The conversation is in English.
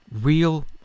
Real